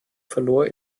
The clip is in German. verlor